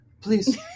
please